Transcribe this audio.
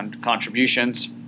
contributions